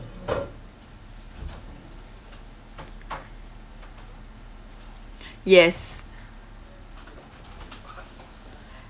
yes